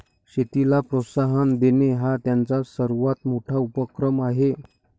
शेतीला प्रोत्साहन देणे हा त्यांचा सर्वात मोठा उपक्रम आहे